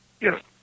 Yes